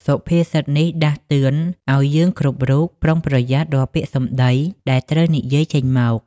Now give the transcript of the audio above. សុភាសិតនេះដាស់តឿនឱ្យយើងគ្រប់រូប ប្រុងប្រយ័ត្នរាល់ពាក្យសម្ដីដែលត្រូវនិយាយចេញមក។